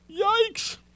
Yikes